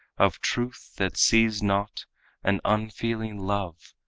of truth that sees not and unfeeling love,